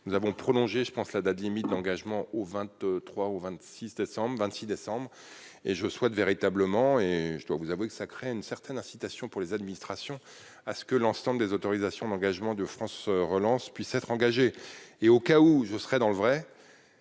nous avons prolongé, je pense, la date limite d'engagement au 23 au 26 décembre 26 décembre et je souhaite véritablement et je dois vous avouer que ça crée une certaine incitation pour les administrations, à ce que l'ensemble des autorisations d'engagement de France relance puisse être engagée et au cas où je serai dans le vrai